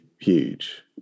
huge